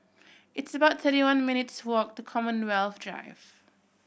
it's about thirty one minutes' walk to Commonwealth Drive